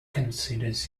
considers